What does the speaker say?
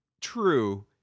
true